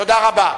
תודה רבה.